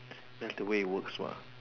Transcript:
that is the way it works what